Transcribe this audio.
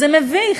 זה מביך,